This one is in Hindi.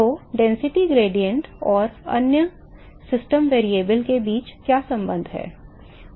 तो घनत्व ढाल और अन्य सिस्टम चर के बीच क्या संबंध है